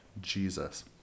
Jesus